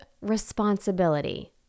responsibility